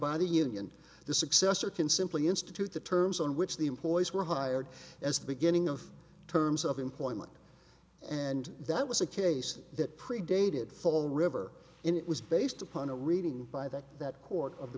by the union the successor can simply institute the terms on which the employees were hired as the beginning of the terms of employment and that was a case that predated fall river and it was based upon a reading by the that court of the